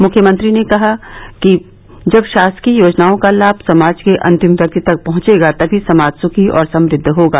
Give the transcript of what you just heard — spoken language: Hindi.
मुख्यमंत्री श्री ने कहा कि जब शासकीय योजनाओं का लाभ समाज के अंतिम व्यक्ति तक पहुंचेगा तभी समाज सुखी और समृद्व होगा